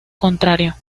contrario